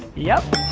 yep!